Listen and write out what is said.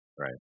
Right